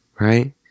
right